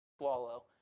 ...swallow